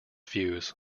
fuze